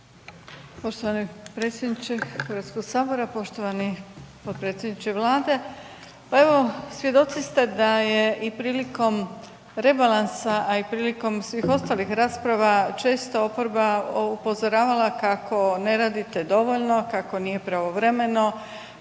Poštovani predsjedniče Hrvatskog sabora, poštovani potpredsjedniče Vlade. Pa evo svjedoci ste da je i prilikom rebalansa, a i prilikom svih ostalih rasprava često oporba upozoravala kako ne radite dovoljno, kako nije pravovremeno,